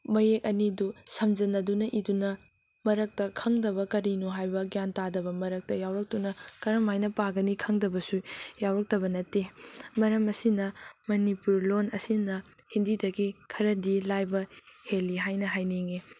ꯃꯌꯦꯛ ꯑꯅꯤꯗꯨ ꯁꯝꯖꯟꯅꯗꯨꯅ ꯏꯗꯨꯅ ꯃꯔꯛꯇ ꯈꯪꯗꯕ ꯀꯔꯤꯅꯣ ꯍꯥꯏꯕ ꯒ꯭ꯌꯥꯟ ꯇꯥꯗꯕ ꯃꯔꯛꯇ ꯌꯥꯎꯔꯛꯇꯨꯅ ꯀꯔꯝꯍꯥꯏꯅ ꯄꯥꯒꯅꯤ ꯈꯪꯗꯕꯁꯨ ꯌꯥꯎꯔꯛꯇꯕ ꯅꯠꯇꯦ ꯃꯔꯝ ꯑꯁꯤꯅ ꯃꯅꯤꯄꯨꯔ ꯂꯣꯟ ꯑꯁꯤꯅ ꯍꯤꯟꯗꯤꯗꯒꯤ ꯈꯔꯗꯤ ꯂꯥꯏꯕ ꯍꯦꯜꯂꯤ ꯍꯥꯏꯅ ꯍꯥꯏꯅꯤꯡꯏ